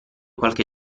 qualche